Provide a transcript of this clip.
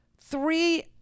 three